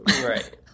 Right